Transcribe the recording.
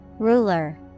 Ruler